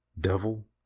devil